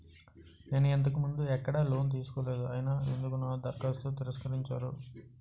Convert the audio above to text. నేను ఇంతకు ముందు ఎక్కడ లోన్ తీసుకోలేదు అయినా ఎందుకు నా దరఖాస్తును తిరస్కరించారు?